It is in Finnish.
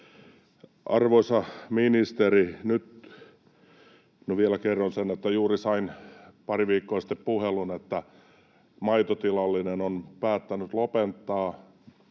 maataloustuottajia. Vielä kerron sen, että juuri sain pari viikkoa sitten puhelun: maitotilallinen on päättänyt lopettaa